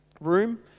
room